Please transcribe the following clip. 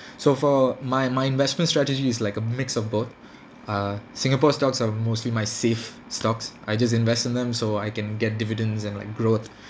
so for my my investment strategy is like a mix of both err singapore stocks are mostly my safe stocks I just invest in them so I can get dividends and like growth